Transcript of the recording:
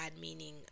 meaning